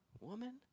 Woman